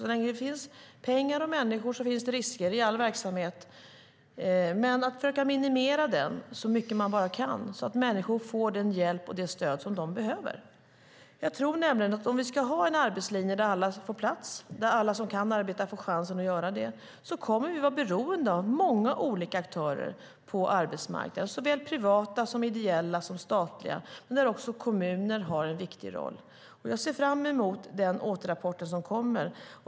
Så länge det handlar om pengar och människor finns det risker i all verksamhet, men man ska försöka minimera dem så långt det går och se till att människor får den hjälp och det stöd som de behöver. Om vi ska ha en arbetslinje där alla ska få en plats, där alla som kan arbeta får en chans att göra det tror jag att vi kommer att vara beroende av många olika aktörer på arbetsmarknaden, såväl privata som ideella och statliga. Där har även kommunerna en viktig roll. Jag ser fram emot den återrapporten.